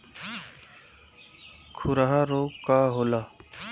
खुरहा रोग का होला?